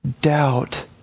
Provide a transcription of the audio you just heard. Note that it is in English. doubt